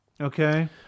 Okay